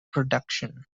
production